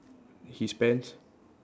his pants